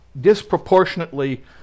disproportionately